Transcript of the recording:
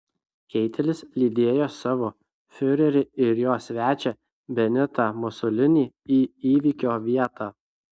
keitelis lydėjo savo fiurerį ir jo svečią benitą musolinį į įvykio vietą